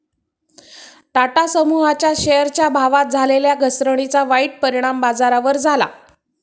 टाटा समूहाच्या शेअरच्या भावात झालेल्या घसरणीचा वाईट परिणाम बाजारावर झाला